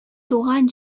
туган